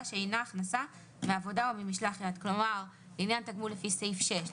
שאינה הכנסה מעבודה או ממשלח יד." כלומר לעניין תגמול לפי סעיף 6,